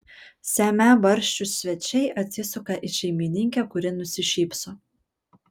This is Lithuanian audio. semią barščius svečiai atsisuka į šeimininkę kuri nusišypso